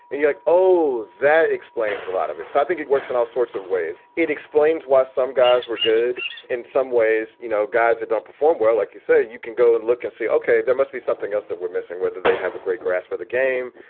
and you. like oh that explains a lot of it. so i think it works in all sorts of ways. it explains why some guys were good in some ways. you know, guys that don't perform well, like you say, you can go and look and say, ok, there must be something else that we're missing, whether they have a great grasp of the game.